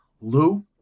Lou